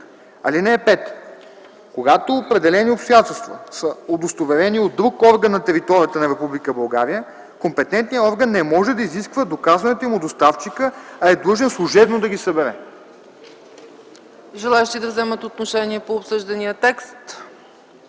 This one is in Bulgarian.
документ. (5) Когато определени обстоятелства са удостоверени от друг орган на територията на Република България, компетентният орган не може да изисква доказването им от доставчика, а е длъжен служебно да ги събере.